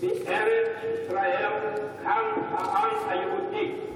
"בארץ ישראל קם העם היהודי,